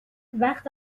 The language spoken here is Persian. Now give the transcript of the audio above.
وقت